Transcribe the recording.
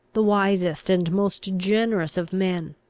the wisest and most generous of men.